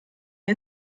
wir